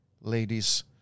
Ladies